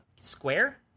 square